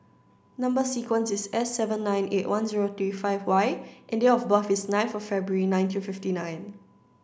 number sequence is S seven nine eight one zero three five Y and date of birth is nine for February nineteen fifty nine